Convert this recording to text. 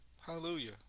hallelujah